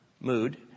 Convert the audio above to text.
mood